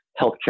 healthcare